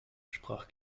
sprach